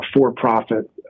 for-profit